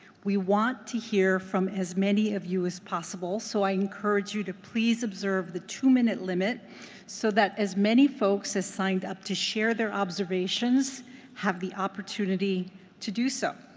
we want to hear from as many of you as possible. so i encourage you to please observe the two minute limit so that as many folks has signed up to share their observations observations have the opportunity to do so.